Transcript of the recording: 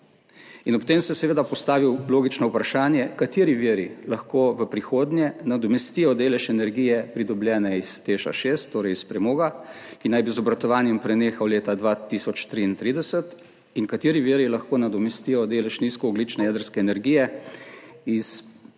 ur. Ob tem se seveda postavi logično vprašanje, kateri viri lahko v prihodnje nadomestijo delež energije pridobljene iz Teš 6, torej iz premoga, ki naj bi z obratovanjem prenehal leta 2033, in kateri viri lahko nadomestijo delež nizkoogljične jedrske energije iz Jedrske